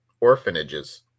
orphanages